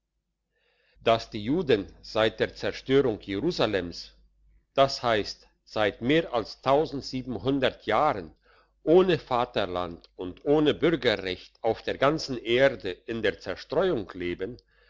dass die juden seit der zerstörung jerusalems das heisst seit mehr als jahren ohne vaterland und ohne bürgerrecht auf der ganzen erde in der zerstreuung leben